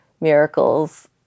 miracles